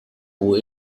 who